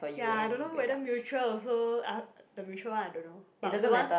ya I don't know whether mutual also uh the mutual one I don't know but the one